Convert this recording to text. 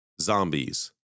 zombies